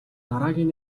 дараагийн